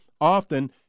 often